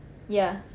ya